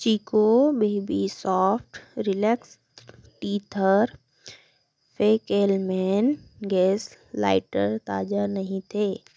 chikoo baby soft relax teether और फैकेलमैन gas lighter ताज़ा नहीं थे